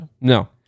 no